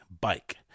bike